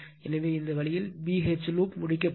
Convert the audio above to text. எனவே இந்த வழியில் B H லூப் முடிக்கப்படும்